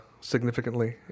significantly